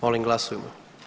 Molim glasujmo.